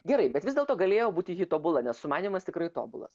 gerai bet vis dėlto galėjo būti ji tobula nes sumanymas tikrai tobulas